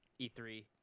E3